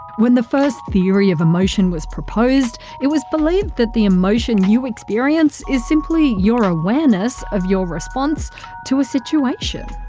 when the first theory of emotion was proposed it was believed that the emotion you experience is simply your awareness of your response to the situation.